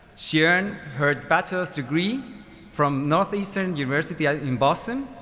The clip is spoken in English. she earned her bachelor's degree from northeastern university in boston,